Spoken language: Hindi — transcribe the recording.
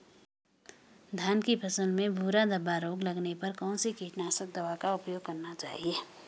धान की फसल में भूरा धब्बा रोग लगने पर कौन सी कीटनाशक दवा का उपयोग करना चाहिए?